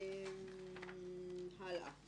יש להם